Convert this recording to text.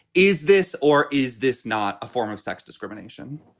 is this or is this not a form of sex discrimination?